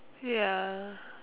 ya